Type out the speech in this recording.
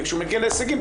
וכשהוא מגיע להישגים,